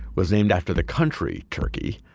was named after the country turkey.